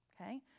Okay